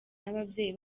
n’ababyeyi